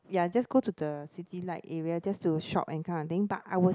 ya just go to the city like area just to shop and kind of thing but I will